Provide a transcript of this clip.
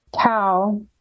cow